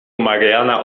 mariana